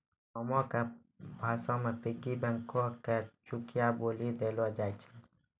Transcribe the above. गांवो के भाषा मे पिग्गी बैंको के चुकियो बोलि देलो जाय छै